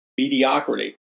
Mediocrity